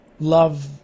Love